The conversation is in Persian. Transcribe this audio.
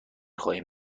خواهیم